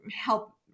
help